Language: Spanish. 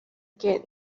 que